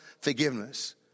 forgiveness